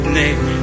name